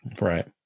Right